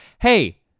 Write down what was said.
Hey